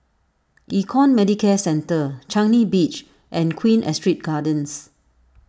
Econ Medicare Centre Changi Beach and Queen Astrid Gardens